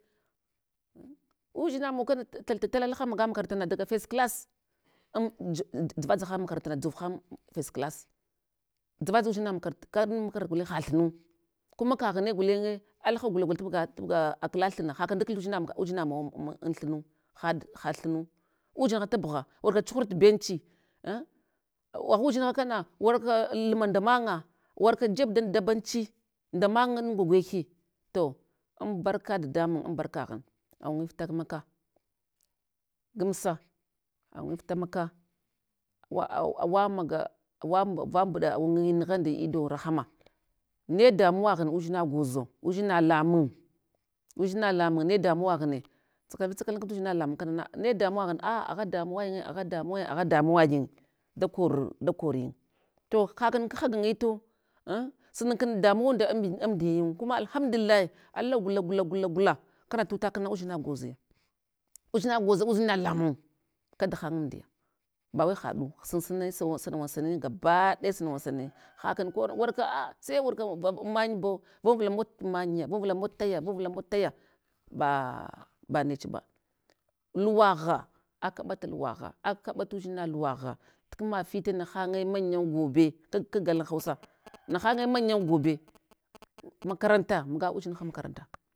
An udzinamawa kanat tal tal tala laha maga makarantana daga first class an ja, ja dzavadzahan makarantana dzovhan first class. Ddzava udzinamun makaranta kakɗal makaranta gulen hathunu, kuna kaghine gulenye alaha gula gula jubga, tubga kla thina. Hagun da kal judzinamag udzinamawun ma an thinu, had, hathumi uzdinha tabgha, wurka chuhurtu beruhi an agha uzdinha kana warka luma nda man'nga, warka jeb dan dabanchi, nda man'ng an gwagwehe, to ambarka dadamun am barkaghun, anwif tamaka, gamsa anwif tamala, awa awamaga awamb vambuɗa awa inugha nda idon rahama, ne damuwaghun udzina gwoza, uzdina lamung, udzina lamung ne damuwaghune, tsakala va tsakala kun lamung kanana ne damuwaghun a ghada muwayinye, agha damuwayinye, agha da muwayin, da kor dalarinyin, to hakun haganyitu, an sunukun dauwanda am diyayin'ngu kuma alhamdulillahi ala gula, gula, gula, gula, kana tutakna uzdina gwoze, udzina gwoze udina lamunye kada han amdiya, bawai hachi susunayi sawa sunawa sunayin gabaɗaya sunawa sunayin harkun kor warka aa sai warka nbu manya bo vavla mot tmanyiya, vanvula mot taya vanvula mot taya. Ba ba nech ba, luwagha akaɓat tudzina luwagha tkma fit nahanye manyan gobe kag kaga la hausa nahanye manyan gobe, makaranta maga. Udzinha makaranta.